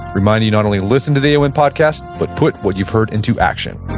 reminding you not only listen to the aom podcast, but put what you've heard into action